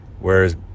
whereas